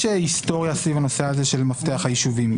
יש היסטוריה סביב הנושא הזה של מפתח היישובים.